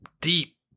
deep